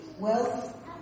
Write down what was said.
wealth